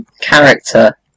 character